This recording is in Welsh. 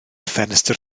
ffenestr